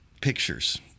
pictures